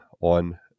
on